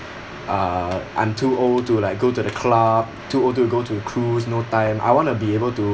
uh I'm too old to like go to the club too old to go to cruise no time I wanna be able to